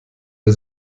der